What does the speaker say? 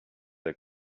avec